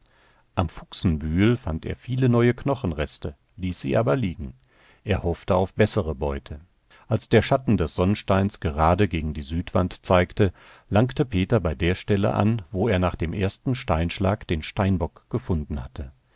am fuchsenbühel fand er viele neue knochenreste ließ sie aber liegen er hoffte auf bessere beute als der schatten des sonnsteins gerade gegen die südwand zeigte langte peter bei der stelle an wo er nach dem ersten steinschlag den steinbock gefunden hatte